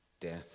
death